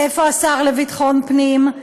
איפה השר לביטחון פנים?